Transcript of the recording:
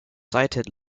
sited